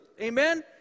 Amen